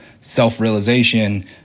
self-realization